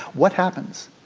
what happens?